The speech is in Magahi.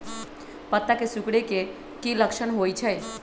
पत्ता के सिकुड़े के की लक्षण होइ छइ?